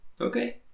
Okay